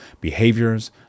behaviors